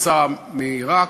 יצא מעיראק,